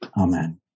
Amen